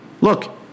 Look